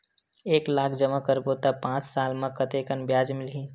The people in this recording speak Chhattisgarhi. एक लाख जमा करबो त पांच साल म कतेकन ब्याज मिलही?